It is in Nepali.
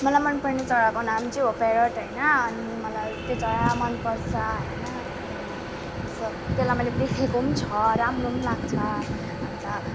मलाई मनपर्ने चराको नाम चाहिँ हो प्यारोट होइन अनि मलाई त्यो चरा मनपर्छ होइन अनि जस्तो त्यसलाई मैले देखेको पनि छ राम्रो पनि लाग्छ अन्त